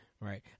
Right